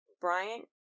Bryant